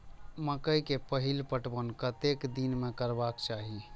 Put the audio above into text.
मकेय के पहिल पटवन कतेक दिन में करबाक चाही?